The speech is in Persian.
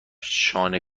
شانه